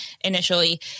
initially